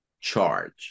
charge